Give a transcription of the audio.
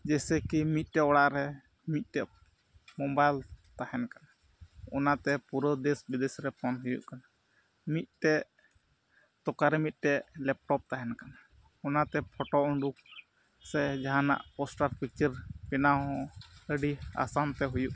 ᱡᱮᱥᱮ ᱠᱤ ᱢᱤᱫᱴᱮᱡ ᱚᱲᱟᱜ ᱨᱮ ᱢᱤᱫᱴᱮᱡ ᱢᱳᱵᱟᱭᱤᱞ ᱛᱟᱦᱮᱱ ᱠᱟᱱᱟ ᱚᱱᱟᱛᱮ ᱯᱩᱨᱟᱹ ᱫᱮᱥ ᱵᱤᱫᱮᱥ ᱨᱮ ᱯᱷᱳᱱ ᱦᱩᱭᱩᱜ ᱠᱟᱱᱟ ᱢᱤᱫᱴᱮᱡ ᱛᱚᱠᱟᱨᱮ ᱢᱤᱫᱴᱮᱡ ᱞᱮᱯᱴᱚᱯ ᱛᱟᱦᱮᱱ ᱠᱟᱱᱟ ᱚᱱᱟᱛᱮ ᱯᱷᱳᱴᱳ ᱩᱰᱩᱠ ᱥᱮ ᱡᱟᱦᱟᱱᱟᱜ ᱯᱳᱥᱴᱟᱨ ᱯᱤᱠᱪᱟᱹᱨ ᱵᱮᱱᱟᱣ ᱟᱹᱰᱤ ᱟᱥᱟᱱᱛᱮ ᱦᱩᱭᱩᱜ ᱠᱟᱱᱟ